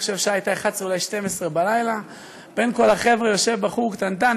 אני חושב שהשעה הייתה 23:00 אולי 24:00. בין כל החבר'ה יושב בחור קטנטן,